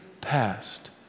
past